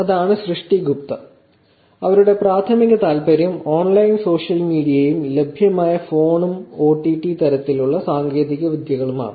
അതാണ് സൃഷ്ടി ഗുപ്ത അവരുടെ പ്രാഥമിക താൽപ്പര്യം ഓൺലൈൻ സോഷ്യൽ മീഡിയയും ലഭ്യമായ ഫോണും ഒടിടി തരത്തിലുള്ള സാങ്കേതികവിദ്യകളുമാണ്